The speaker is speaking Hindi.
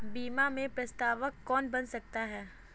बीमा में प्रस्तावक कौन बन सकता है?